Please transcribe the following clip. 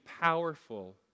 powerful